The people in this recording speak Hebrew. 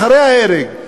אחרי ההרג,